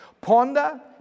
Ponder